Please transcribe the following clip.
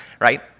right